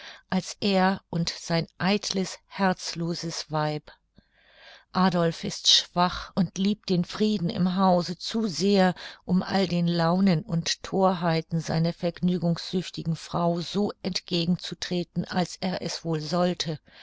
als er und sein eitles herzloses weib adolph ist zu schwach und liebt den frieden im hause zu sehr um all den launen und thorheiten seiner vergnügungssüchtigen frau so entgegen zu treten als er es wohl sollte